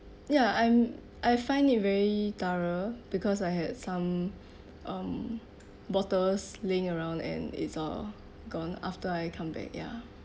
ya I'm I find it very thorough because I had some um bottles laying around and it's all gone after I come back ya